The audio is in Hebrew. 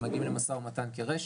הם מגיעים למשא ומתן כרשת.